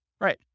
Right